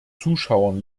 zuschauern